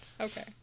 Okay